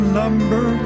number